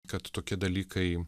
kad tokie dalykai